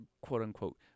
quote-unquote